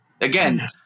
Again